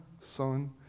Son